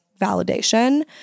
validation